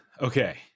okay